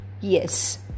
Yes